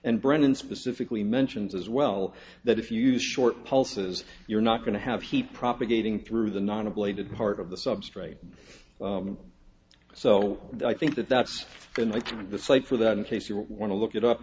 and brennan specifically mentions as well that if you use short pulses you're not going to have he propagating through the non ablated part of the substrate so i think that that's unlikely the cite for that in case you want to look it up